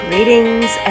Greetings